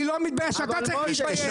אני לא מתבייש, אתה צריך להתבייש.